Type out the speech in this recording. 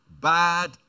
Bad